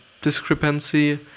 discrepancy